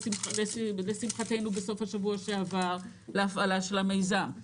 לשמחתנו בסוף שבוע שעבר להפעלה של המיזם.